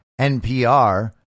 NPR